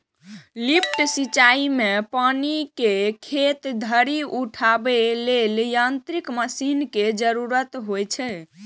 lift सिंचाइ मे पानि कें खेत धरि उठाबै लेल यांत्रिक मशीन के जरूरत होइ छै